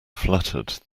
fluttered